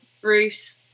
Bruce